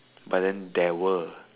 but then there were